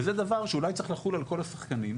וזה דבר שאולי צריך לחול על כל השחקנים,